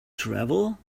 travel